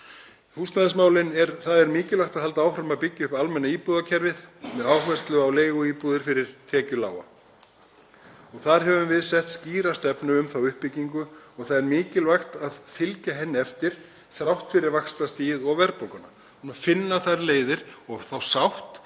Húsnæðismálin. Það er mikilvægt að halda áfram að byggja upp almenna íbúðakerfið með áherslu á leiguíbúðir fyrir tekjulága. Þar höfum við sett skýra stefnu um þá uppbyggingu og það er mikilvægt að fylgja henni eftir þrátt fyrir vaxtastigið og verðbólguna. Við þurfum að finna leiðir og þá sátt